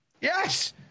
Yes